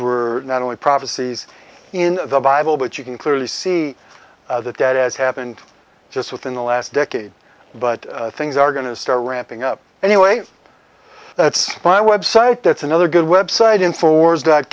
are not only prophecies in the bible but you can clearly see that that has happened just within the last decade but things are going to start ramping up anyway that's my website that's another good website informs dot